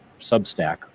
Substack